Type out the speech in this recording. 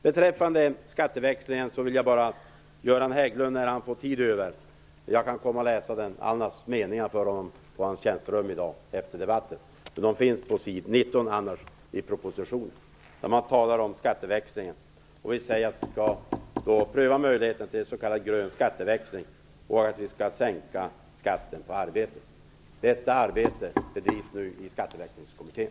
Beträffande skatteväxlingen kan jag efter denna debatt för Göran Hägglund läsa upp de meningar som handlar om den. Annars står det på s. 19 i propositionen. Där talas det om skatteväxlingen, och regeringen säger att man avser att pröva möjligheterna till en s.k. grön skatteväxling och att skatterna på arbete skall sänkas. Detta arbete bedrivs nu i Skatteväxlingskommittén.